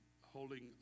holding